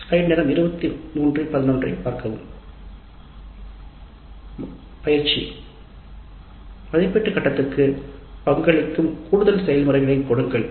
யிற்சி மதிப்பீட்டு கட்டத்திற்கு பங்களிக்கும் கூடுதல் செயல்முறைகளை கொடுங்கள்